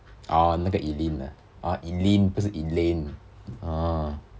orh 那个 eileen ah orh elaine 不是 eileen